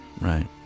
Right